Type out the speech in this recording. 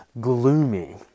gloomy